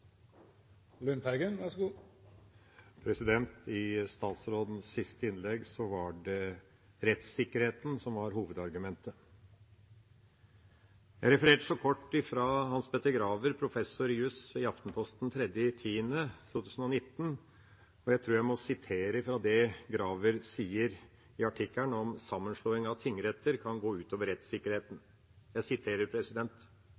I statsrådens siste innlegg var det rettssikkerheten som var hovedargumentet. Tidligere i dag refererte jeg kort Hans Petter Graver, professor i juss, i Aftenposten 5. oktober 2019, og jeg tror jeg må sitere fra det Graver sier i artikkelen om at sammenslåing av tingretter kan gå